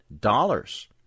dollars